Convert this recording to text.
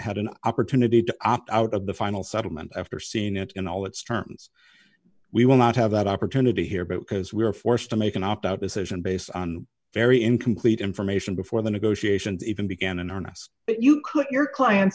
had an opportunity to opt out of the final settlement after seeing it in all its terms we will not have that opportunity here because we are forced to make an opt out is asian based on very incomplete information before the negotiations even began in earnest but you could your client